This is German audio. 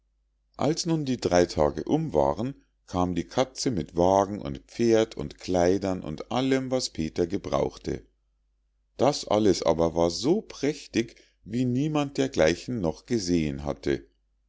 als nun die drei tage um waren kam die katze mit wagen und pferden und kleidern und allem was peter gebrauchte das alles aber war so prächtig wie niemand dergleichen noch gesehen hatte